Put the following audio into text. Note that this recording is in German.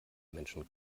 menschen